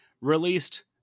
released